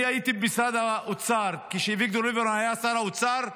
אני הייתי במשרד האוצר כשאביגדור ליברמן היה שר האוצר,